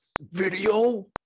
video